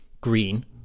green